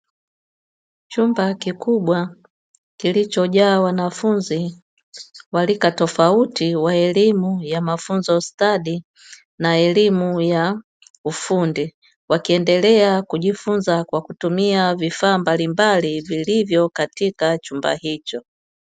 Chumba kikubwa kilichojaa wanafunzi wa rika tofauti wa elimu ya mafunzo stadi na elimu ya ufundi, wakiendelea kujifunza kwa kutumia vifaa mbalimbali vilivyo katika chumba hicho.